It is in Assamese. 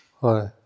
হয়